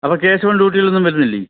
അപ്പോൾ കേശവൻ ഡ്യൂട്ടീലൊന്നും വരുന്നില്ലേ